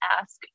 ask